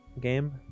game